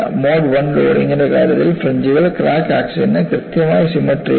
mode 1 ലോഡിംഗിന്റെ കാര്യത്തിൽ ഫ്രിഞ്ച്കൾ ക്രാക്ക് ആക്സിസിനു കൃത്യമായി സിമട്രിയായിരുന്നു